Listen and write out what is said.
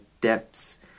depths